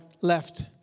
left